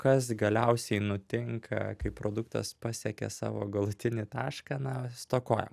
kas galiausiai nutinka kai produktas pasiekia savo galutinį tašką na stokojam